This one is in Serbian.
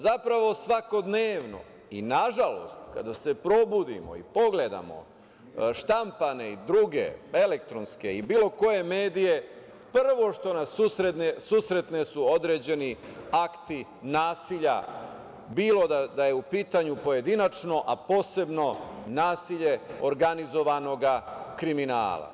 Zapravo, svakodnevno, i na žalost kada se probudimo i pogledamo štampane i druge elektronske i bilo koje medije, prvo što nas susretne su određeni akti nasilja, bilo da je u pitanju pojedinačno, a posebno nasilje organizovanog kriminala.